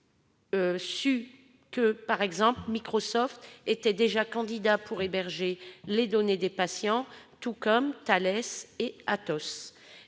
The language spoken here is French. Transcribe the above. avons appris que Microsoft était déjà candidat pour héberger les données des patients, tout comme Thales et Atos.